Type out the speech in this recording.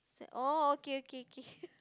oh okay okay K